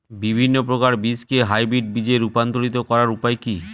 বিভিন্ন প্রকার বীজকে হাইব্রিড বীজ এ রূপান্তরিত করার উপায় কি?